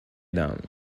down